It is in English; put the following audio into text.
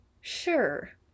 Sure